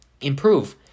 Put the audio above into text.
improve